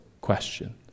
question